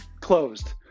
closed